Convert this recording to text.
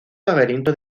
laberinto